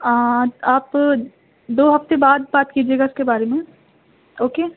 آپ دو ہفتے بعد بات کیجیے گا اس کے بارے میں اوکے